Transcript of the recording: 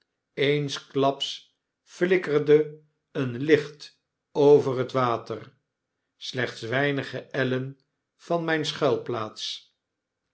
eensklaps flikkerde een liclit over het water slechts weinige ellen van myne